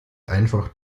einfach